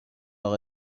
اقا